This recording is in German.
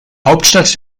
hauptstadt